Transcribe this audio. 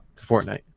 Fortnite